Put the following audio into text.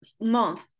month